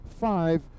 five